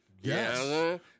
Yes